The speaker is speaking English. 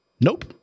Nope